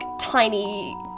tiny